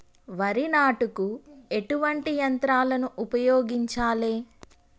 వరి నాటుకు ఎటువంటి యంత్రాలను ఉపయోగించాలే?